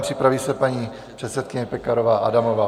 Připraví se paní předsedkyně Pekarová Adamová.